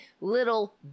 little